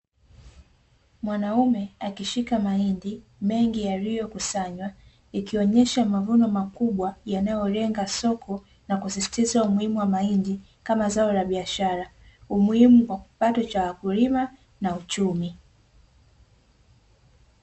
Mwanaume akishika mahindi mengi yaliyokusanywa, ikionyesha mavuno makubwa yanayolenga soko na kusistiza umuhimu wa mahindi kama zao la biashara, umuhimu kwa kipato cha wakulima na uchumi.